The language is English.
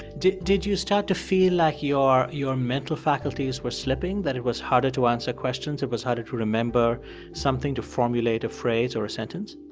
did did you start to feel like your your mental faculties were slipping, that it was harder to answer questions, it was harder to remember something, to formulate a phrase or a sentence?